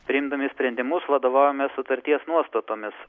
priimdami sprendimus vadovaujames sutarties nuostatomis